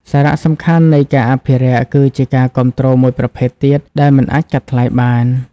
សារៈសំខាន់នៃការអភិរក្ស គឺជាការគាំទ្រមួយប្រភេទទៀតដែលមិនអាចកាត់ថ្លៃបាន។